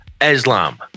Islam